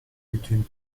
between